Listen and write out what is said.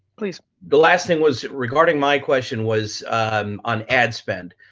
please. the last thing was, regarding my question was on ad spend.